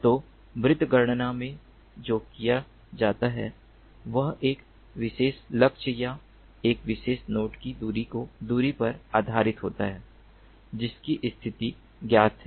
तो मृत गणना में जो किया जाता है वह एक विशेष लक्ष्य या एक विशेष नोड से दूरी पर आधारित होता है जिसकी स्थिति ज्ञात है